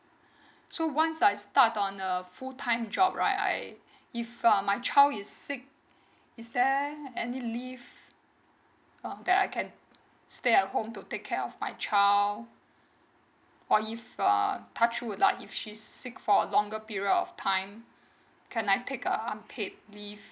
so once I start on a full time job right I if uh my child is sick is there any leave um that I can stay at home to take care of my child or if um touchwood lah if she's sick for a longer period of time can I take a unpaid leave